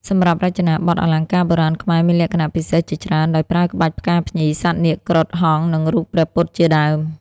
សម្រាប់រចនាបទអលង្ការបុរាណខ្មែរមានលក្ខណៈពិសេសជាច្រើន ដោយប្រើក្បាច់ផ្កាភ្ញី សត្វនាគ គ្រុឌ ហង្ស និងរូបព្រះពុទ្ធជាដើម។